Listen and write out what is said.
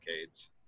decades